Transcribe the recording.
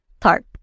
tarp